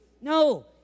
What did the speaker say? No